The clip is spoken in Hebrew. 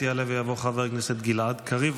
כעת יעלה ויבוא חבר הכנסת גלעד קריב,